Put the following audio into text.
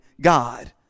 God